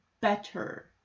better